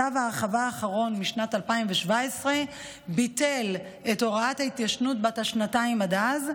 צו ההרחבה האחרון משנת 2017 ביטל את הוראת ההתיישנות בת השנתיים עד אז,